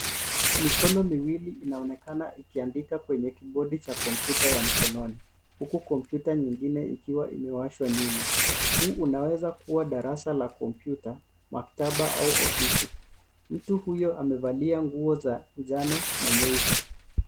Mikono miwili inaonekana ikiandika kwenye kibodi cha kompyuta ya mkononi huku kompyuta nyingine ikiwa imewashwa nyuma. Huu unaweza darasa la kompyuta, maktaba au ofisi. Mtu huyo amevalia nguo za njano na nyeupe.